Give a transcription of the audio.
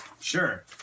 Sure